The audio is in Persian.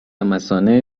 مثانه